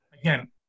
again